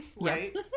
right